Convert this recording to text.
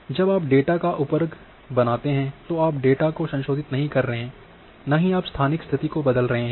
जब आपने डेटा का उप वर्ग बनाया है तो आप डेटा को संशोधित नहीं कर रहे हैं न ही आप स्थानिक स्तिथि को बदल रहे हैं